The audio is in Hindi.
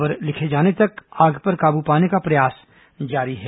खबर लिखे जाने तक आग पर काबू पाने का प्रयास जारी है